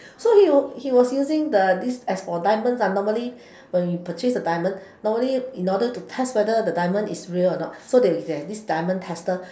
so he was he was using the this as for diamonds ah normally when you purchase the diamond normally in order to test whether the diamond is real or not so they'll they have this diamond tester